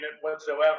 whatsoever